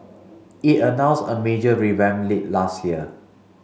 it announced a major revamp late last year